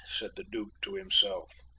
said the duke to himself,